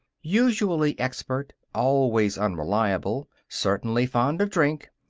usually expert, always unreliable, certainly fond of drink,